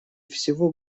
всего